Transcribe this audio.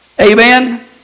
Amen